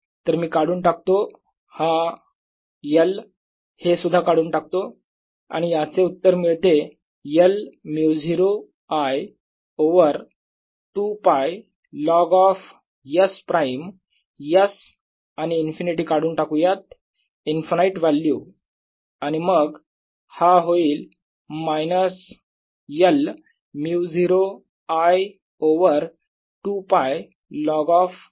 तर मी काढून टाकतो हा l हे सुद्धा काढून टाकतो आणि याचे उत्तर मिळेल l μ0 I over 2 π log of s prime s आणि इन्फिनिटी काढून टाकुयात इन्फिनाईट व्हॅल्यू आणि मग हा होईल minus l μ0 I over 2 π log of s